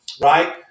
right